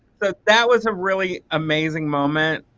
that that was a really amazing moment